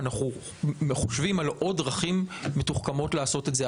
אנחנו חושבים על עוד דרכים מתוחכמות לעשות את זה.